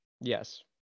Yes